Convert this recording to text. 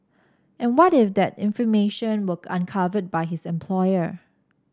and what if that information were uncovered by his employer